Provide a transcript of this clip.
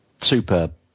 Superb